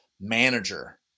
manager